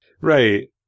Right